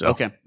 Okay